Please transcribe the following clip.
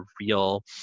real